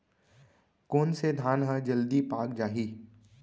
कोन से धान ह जलदी पाक जाही?